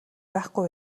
байхгүй